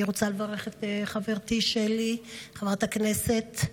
אני רוצה לברך את חברתי שלי, חברת הכנסת,